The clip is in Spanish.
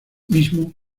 mismo